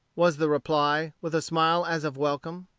was the reply, with a smile as of welcome.